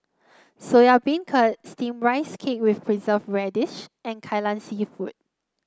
Soya Beancurd steamed Rice Cake with Preserved Radish and Kai Lan seafood